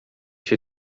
się